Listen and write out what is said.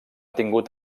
tingut